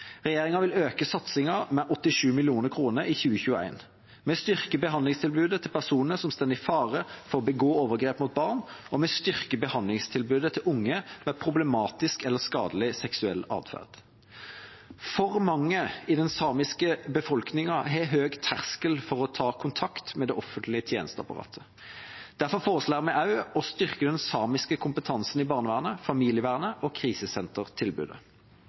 Regjeringa vil øke satsingen med 87 mill. kr i 2021. Vi styrker behandlingstilbudet til personer som står i fare for å begå overgrep mot barn, og vi styrker behandlingstilbudet til unge med problematisk eller skadelig seksuell atferd. For mange i den samiske befolkningen har høy terskel for å ta kontakt med det offentlige tjenesteapparatet. Derfor foreslår vi også å styrke den samiske kompetansen i barnevernet, familievernet og krisesentertilbudet.